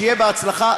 שיהיה בהצלחה.